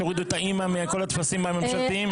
כשהורידו את האמא מכל הטפסים הממשלתיים.